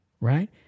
right